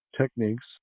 techniques